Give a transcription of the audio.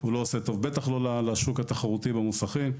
ובטח לא לשוק התחרותי במוסכים.